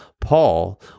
Paul